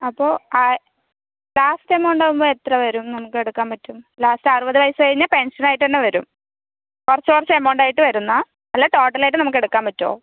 അപ്പോൾ last amount ആകുമ്പോൾ എത്ര വരും നമുക്ക് എടുക്കാൻ പറ്റും ലാസ്റ്റ് അറുപത് വയസു കഴിഞ്ഞാൽ പെൻഷൻ ആയിട്ട് തന്നെ വരും കുറച്ച് കുറച്ച് എമൌണ്ട് ആയിട്ട് വരുന്നാ അല്ലേൽ ടോട്ടൽ ആയിട്ട് നമുക്ക് എടുക്കാൻ പറ്റുവോ